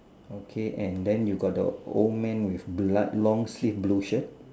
okay and then you got the old man with blood long sleeve blue shirt